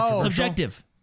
subjective